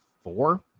four